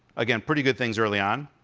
again, pretty good things early on.